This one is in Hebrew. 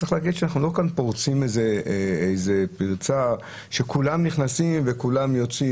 צריך להגיד שאנחנו לא פורצים פרצה שכולם נכנסים וכולם יוצאים.